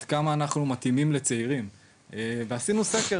עד כמה אנחנו מתאימים לצעירים ועשינו סקר